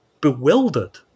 bewildered